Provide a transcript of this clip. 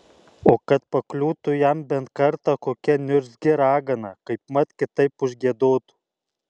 o kad pakliūtų jam bent kartą kokia niurzgi ragana kaipmat kitaip užgiedotų